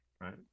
right